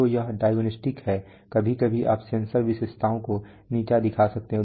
तो यह डायग्नोस्टिक्स है कभी कभी आप सेंसर विशेषताओं को नीचा दिखा सकते हैं